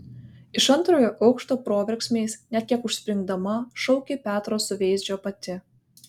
iš antrojo aukšto proverksmiais net kiek užspringdama šaukė petro suveizdžio pati